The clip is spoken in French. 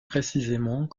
précisément